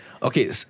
Okay